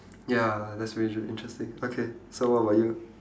ya that's major interesting okay so what about you